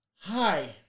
hi